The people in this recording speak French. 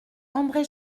andré